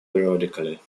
periodically